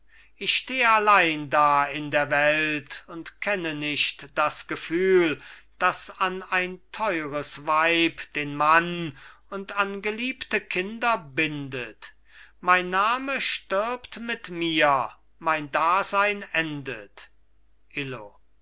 ich steh allein da in der welt und kenne nicht das gefühl das an ein teures weib den mann und an geliebte kinder bindet mein name stirbt mit mir mein dasein endet illo